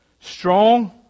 strong